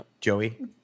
joey